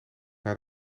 naar